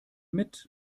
mit